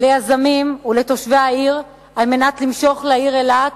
ליזמים ולתושבי העיר על מנת למשוך לעיר אילת